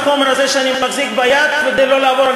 בחומר הזה שאני מחזיק ביד וכדי לא לעבור על